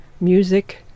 music